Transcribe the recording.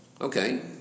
okay